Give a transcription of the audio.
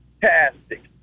fantastic